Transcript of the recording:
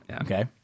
okay